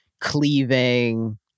Cleaving